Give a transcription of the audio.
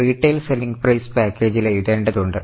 retail selling price പാക്കേജിൽ എഴുതേണ്ടതുണ്ട്